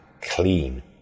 clean